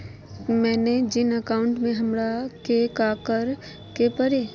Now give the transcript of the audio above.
मैंने जिन अकाउंट में हमरा के काकड़ के परी?